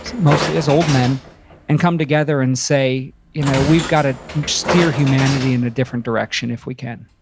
mostly as old men and come together and say, you know we've gotta steer humanity in a different direction if we can.